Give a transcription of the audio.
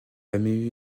jamais